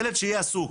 ילד שיהיה עסוק,